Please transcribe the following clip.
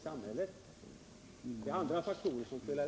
Det är andra faktorer som spelar in.